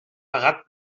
pagat